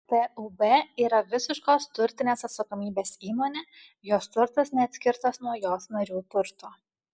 tūb yra visiškos turtinės atsakomybės įmonė jos turtas neatskirtas nuo jos narių turto